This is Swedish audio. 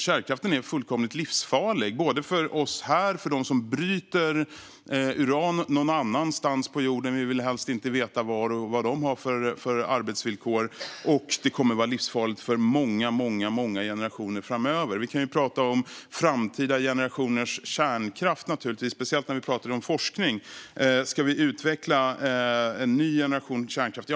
Kärnkraften är fullkomligt livsfarlig, både för oss här och för dem som bryter uran någonstans på jorden - vi vill helst inte veta var och vad de har för arbetsvillkor. Kärnkraften kommer att vara livsfarlig många generationer framöver. Vi kan naturligtvis prata om framtida generationers kärnkraft, speciellt när vi pratar om forskning, och om vi ska utveckla en ny generations kärnkraft.